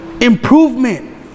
Improvement